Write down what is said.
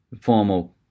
formal